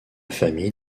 famille